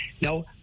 Now